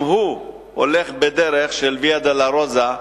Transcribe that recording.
גם הוא הולך בדרך של ויה דולורוזה,